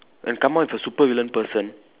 and Kama is a super villain person